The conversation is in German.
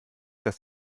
dass